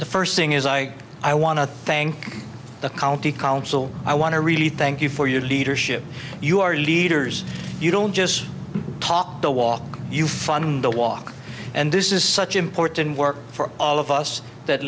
the first thing is i i want to thank the county council i want to really thank you for your leadership you already you don't just talk the walk you fund the walk and this is such important work for all of us that